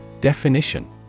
Definition